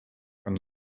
from